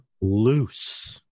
loose